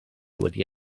wedi